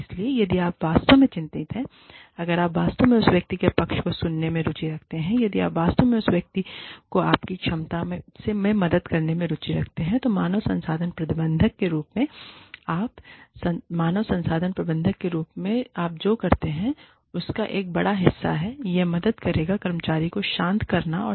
इसलिए यदि आप वास्तव में चिंतित हैं अगर आप वास्तव में उस व्यक्ति के पक्ष को सुनने में रुचि रखते हैं यदि आप वास्तव में उस व्यक्ति को आपकी क्षमता में मदद करने में रुचि रखते हैं जो मानव संसाधन प्रबंधक के रूप में है जो मानव संसाधन प्रबंधक के रूप में आप जो करते हैं उसका एक बड़ा हिस्सा है यह मदद करेगा कर्मचारी को शांत करना है